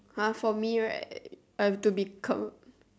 !huh! for me right I have to become